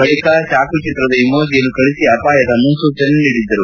ಬಳಿಕ ಚಾಕು ಚಿತ್ರದ ಇಮೋಜಿಯನ್ನು ಕಳಿಸಿ ಅಪಾಯದ ಮುನ್ಲೂಚನೆ ನೀಡಿದ್ದರು